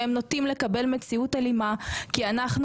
הם נוטים לקבל מציאות אלימה כשאנחנו,